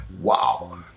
Wow